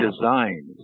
designs